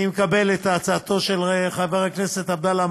אני מקבל את הצעתו של חבר הכנסת עבדאללה